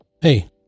Hey